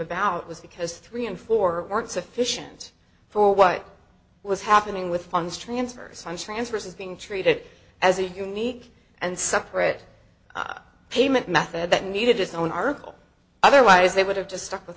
was because three and four weren't sufficient for what was happening with funds transfer some transfers is being treated as a unique and separate payment method that needed its own article otherwise they would have just stuck with